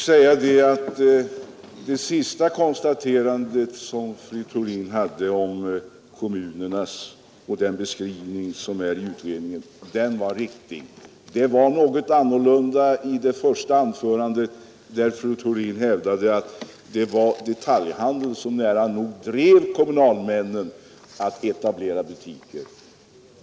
Herr talman! Det senaste konstaterandet som fru Theorin gjorde om kommunernas ställning och den beskrivning som ges i utredningens betänkande var riktigt. Det var något annorlunda i det första anförandet, där fru Theorin hävdade att det var detaljhandelns representanter som nära nog bestämde butiksetableringen i kommunerna.